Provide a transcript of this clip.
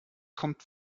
kommt